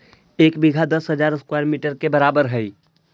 एक बीघा दस हजार स्क्वायर मीटर के बराबर हई